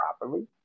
properly